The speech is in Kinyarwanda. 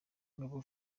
ngabo